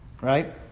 Right